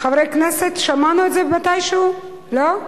חברי כנסת, שמענו את זה מתישהו, לא?